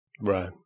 Right